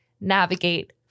navigate